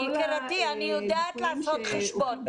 יקירתי, אני יודעת לעשות חשבון.